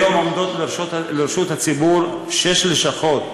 כיום עומדות לרשות הציבור שש לשכות,